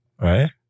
Right